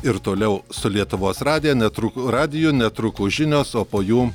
ir toliau su lietuvos radija netru radiju netrukus žinios o po jų